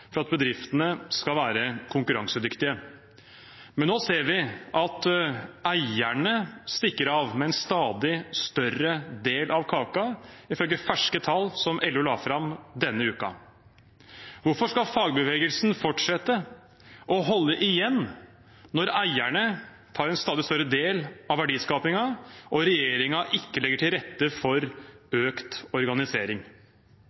for at bedriftene skal være konkurransedyktige. Men nå ser vi at eierne stikker av med en stadig større del av kaka – ifølge ferske tall som LO la fram denne uken. Hvorfor skal fagbevegelsen fortsette å holde igjen når eierne tar en stadig større del av verdiskapingen og regjeringen ikke legger til rette for